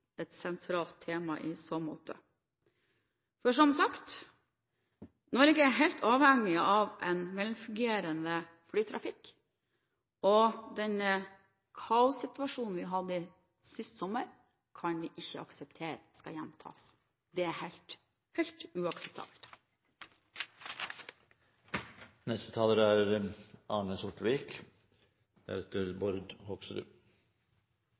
sentralt tema i så måte. Som sagt, Norge er helt avhengig av en velfungerende flytrafikk, og vi kan ikke akseptere at den kaossituasjonen vi hadde sist sommer, gjentar seg. Det er helt uakseptabelt. Statlige selskaper i stedet for etater er